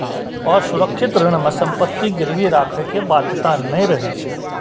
असुरक्षित ऋण मे संपत्ति गिरवी राखै के बाध्यता नै रहै छै